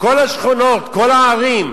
כל השכונות, כל הערים.